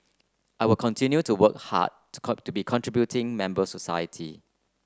I will continue to work hard to come to be contributing members society